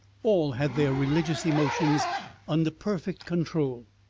all had their religious emotions under perfect control.